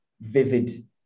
vivid